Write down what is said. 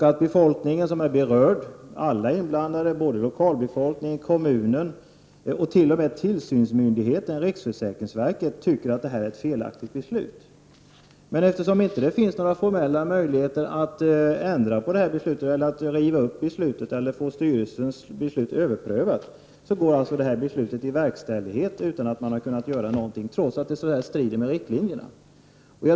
Alla som är berörda, både lokalbefolkningen, kommunen och t.o.m. tillsynsmyndigheten riksförsäkringsverket, tycker att det är ett felaktigt beslut, men eftersom det inte finns några formella möjligheter att ändra, riva upp eller överpröva styrelsens beslut går det alltså i verkställighet.